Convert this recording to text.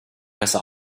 besser